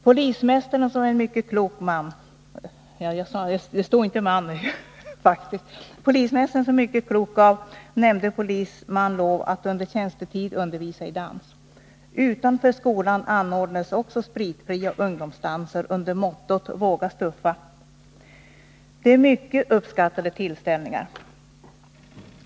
Polismästaren, som är mycket klok, gav nämnde polisman lov att under tjänstetid undervisa i dans. Utanför skolan anordnas också spritfria ungdomsdanser under mottot Våga stuffa. Det är mycket uppskattade tillställningar.